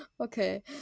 Okay